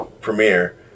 Premiere